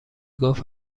گفت